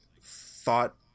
thought